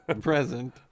present